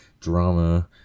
drama